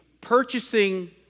purchasing